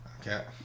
Okay